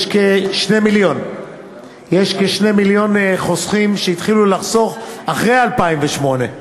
יש כ-2 מיליון חוסכים שהתחילו לחסוך אחרי 2008,